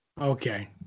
Okay